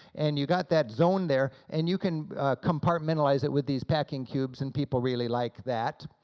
and you got that zone there and you can compartmentalize it with these packing cubes, and people really like that.